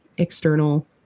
external